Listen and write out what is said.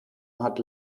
hat